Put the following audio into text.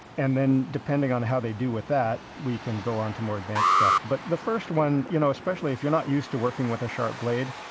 and then, depending on how they do with that, we can go on to more advanced stuff. but the first one, you know especially if you're not used to working with a sharp blade,